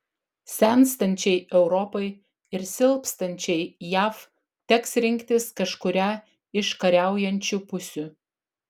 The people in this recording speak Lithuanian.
senstančiai europai ir silpstančiai jav teks rinktis kažkurią iš kariaujančių pusių